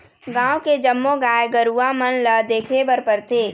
गाँव के जम्मो गाय गरूवा मन ल देखे बर परथे